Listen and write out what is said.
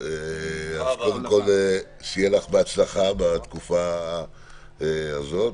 שיהיה לך בהצלחה בתקופה הזאת,